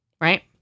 Right